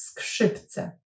Skrzypce